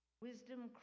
Wisdom